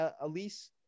Elise